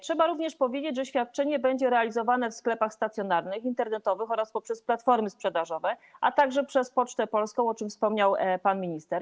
Trzeba również powiedzieć, że świadczenie będzie realizowane w sklepach stacjonarnych, internetowych, przez platformy sprzedażowe, a także przez Pocztę Polską, o czym wspomniał pan minister.